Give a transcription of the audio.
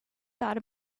thought